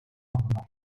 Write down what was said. aldılar